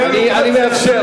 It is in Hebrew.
אני מאפשר,